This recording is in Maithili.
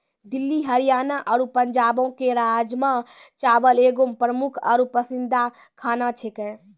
दिल्ली हरियाणा आरु पंजाबो के राजमा चावल एगो प्रमुख आरु पसंदीदा खाना छेकै